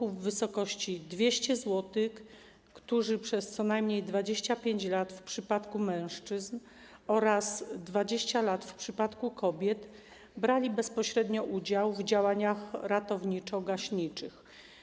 w wysokości 200 zł dla druhów, którzy przez co najmniej 25 lat w przypadku mężczyzn oraz 20 lat w przypadku kobiet brali bezpośrednio udział w działaniach ratowniczo-gaśniczych.